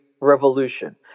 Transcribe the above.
revolution